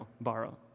borrow